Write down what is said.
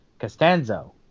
Costanzo